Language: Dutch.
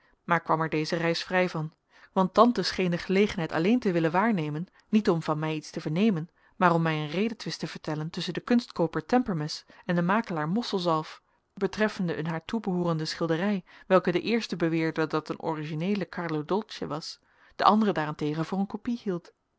maar kwam er deze reis vrij van want tante scheen de gelegenheid alleen te willen waarnemen niet om van mij iets te vernemen maar om mij een redetwist te vertellen tusschen den kunstkooper tempermes en den makelaar mosselzalf betreffende een haar toebehoorende schilderij welke de eerste beweerde dat een origineele carlo dolce was de andere daarentegen voor een kopie hield